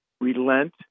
relent